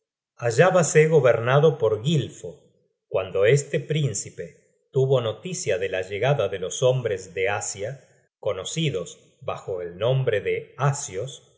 suecia hallaba se gobernado por gilfo cuando este príncipe tuvo noticia de la llegada de los hombres de asia conocidos bajo el nombre de asios